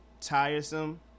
tiresome